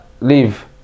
leave